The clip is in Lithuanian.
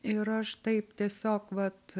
ir aš taip tiesiog vat